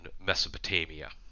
Mesopotamia